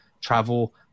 travel